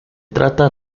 trata